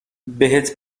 بهت